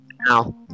now